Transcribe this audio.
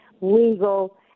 legal